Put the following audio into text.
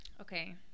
Okay